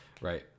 right